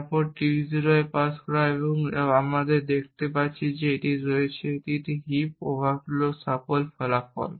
তারপর T0 এ pass করা হবে এবং আমরা দেখতে পাচ্ছি যে এটি রয়েছে একটি হিপ ওভারফ্লো সফল ফলাফল